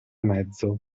mezzo